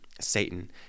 Satan